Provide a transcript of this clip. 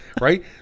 Right